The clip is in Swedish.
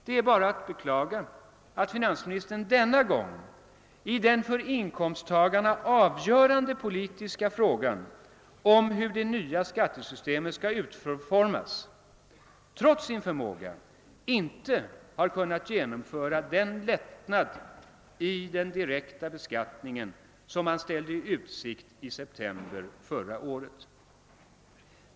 Det är bara att beklaga, att finansministern denna gång i den för inkomsttagarna avgörande politiska frågan om hur det nya skattesystemet skall utformas trots sin förmåga inte har kunnat genomföra den lättnad i den direkta beskattningen, som han ställde i utsikt i september förra året.